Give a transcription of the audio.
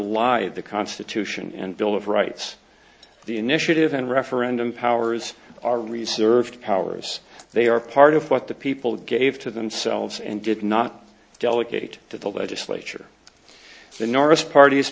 underlie the constitution and bill of rights the initiative and referendum powers are reserved powers they are part of what the people gave to themselves and did not delegate to the legislature the norris part